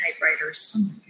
typewriters